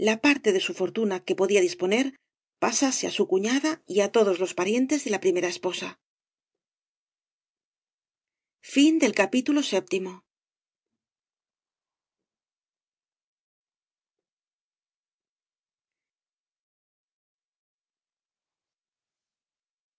parte de su fortuna de que podía disponer pasase á su cu fiada y á todos los parientes de la primera esposa viii